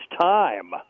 time